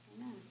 Amen